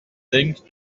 think